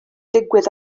digwydd